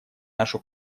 нашу